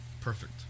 perfect